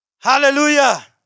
Hallelujah